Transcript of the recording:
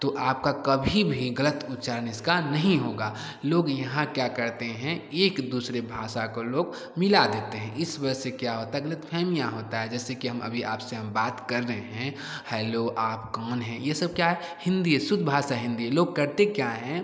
तो आपका कभी भी ग़लत उच्चारण इसका नहीं होगा लोग यहाँ क्या करते हैं एक दूसरे भाषा को लोग मिला देते हैं इस वजह से क्या होता है ग़लतफ़हमियाँ होती है जैसे कि हम अभी आपसे हम बात कर रहे हैं हेलो आप कौन हैं यह सब क्या है हिन्दी है शुद्ध भाषा हिन्दी है लोग करते क्या हैं